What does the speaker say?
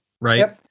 right